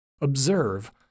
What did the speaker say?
observe